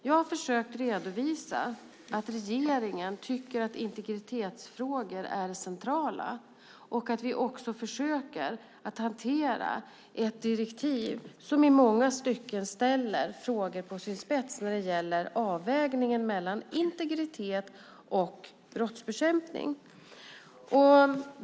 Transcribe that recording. Jag har försökt redovisa att regeringen tycker att integritetsfrågor är centrala och att vi försöker hantera ett direktiv som i många stycken ställer frågor på sin spets när det gäller avvägningen mellan integritet och brottsbekämpning.